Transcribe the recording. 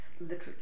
literature